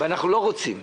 ואנחנו לא רוצים.